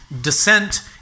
descent